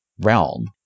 realm